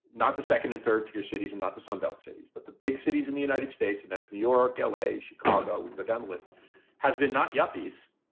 not the second and third tier cities and not the sunbelt cities, but the big cities in the united states. and that's new york, l a, chicago, we go down with has been not yuppies.